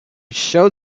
showed